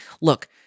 look